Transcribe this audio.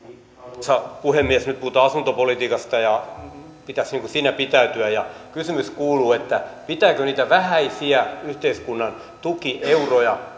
arvoisa puhemies nyt puhutaan asuntopolitiikasta ja pitäisi siinä pitäytyä kysymys kuuluu pitääkö niitä vähäisiä yhteiskunnan tukieuroja